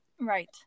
Right